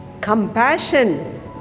compassion